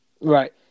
right